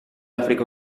áfrica